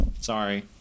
Sorry